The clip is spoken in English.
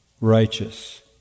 righteous